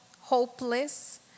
hopeless